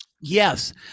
yes